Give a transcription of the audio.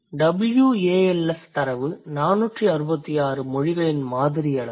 WALS தரவு 466 மொழிகளின் மாதிரி அளவு